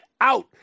out